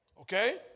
Okay